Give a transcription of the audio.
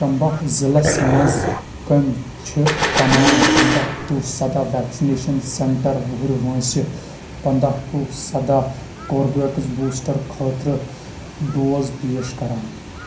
چمبہ ضلعس مَنٛز کٔمۍ چھِ تمام پنٛداه ٹو سَداه ویکسِنیشن سینٹر وُہُر وٲنٛسہِ پنٛداه ٹو سَداه کوربُویٚکس بوٗسٹر خٲطرٕ ڈوز پیش کران